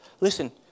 Listen